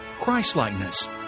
Christlikeness